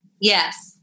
Yes